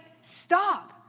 stop